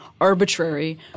arbitrary